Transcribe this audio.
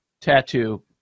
tattoo